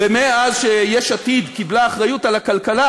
ומאז שיש עתיד קיבלה אחריות על הכלכלה,